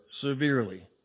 severely